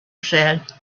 said